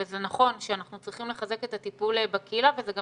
וזה נכון שאנחנו צריכים לחזק את הטיפול בקהילה וזה גם